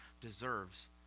deserves